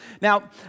Now